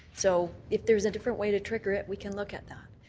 so if there's a different way to trigger it, we can look at that.